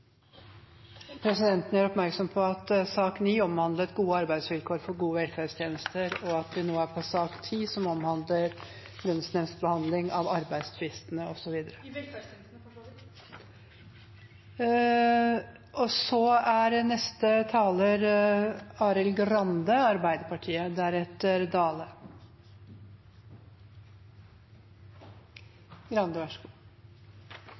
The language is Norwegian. Presidenten gjør oppmerksom på at sak nr. 9 omhandlet gode arbeidsvilkår for gode velferdstjenester, og at vi nå er på sak nr. 10, som omhandler lønnsnemndbehandling av arbeidstvistene osv. Jeg skjønner godt at statsråden må og